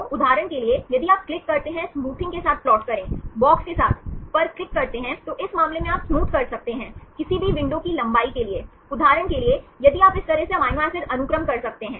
तो उदाहरण के लिए यदि आप क्लिक करते हैं स्मूथिंग के साथ प्लाट करे बॉक्स के साथ पर क्लिक करते हैं तो इस मामले में आप स्मूथ कर सकते हैं किसी भी विंडो की लंबाई के लिए उदाहरण के लिए यदि आप इस तरह से अमीनो एसिड अनुक्रम कर सकते हैं